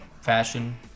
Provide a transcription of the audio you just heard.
fashion